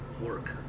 work